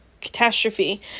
catastrophe